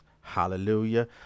Hallelujah